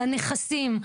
על הנכסים,